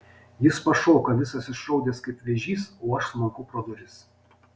jis pašoka visas išraudęs kaip vėžys o aš smunku pro duris